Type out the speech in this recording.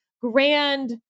grand